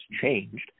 changed